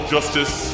Justice